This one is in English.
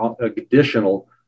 additional